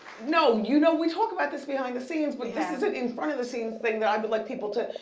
no, you know we talk about this behind the scenes, but this is in front of the scenes thing that i would like people to,